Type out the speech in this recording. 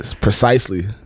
precisely